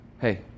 hey